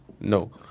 no